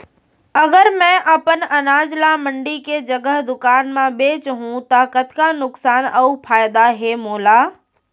अगर मैं अपन अनाज ला मंडी के जगह दुकान म बेचहूँ त कतका नुकसान अऊ फायदा हे मोला?